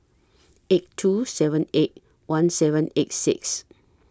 eight two seven eight one seven eight six